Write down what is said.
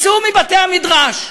תצאו מבתי-המדרש,